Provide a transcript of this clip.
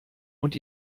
und